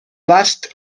last